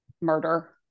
murder